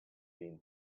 been